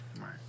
Right